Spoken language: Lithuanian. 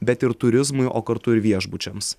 bet ir turizmui o kartu ir viešbučiams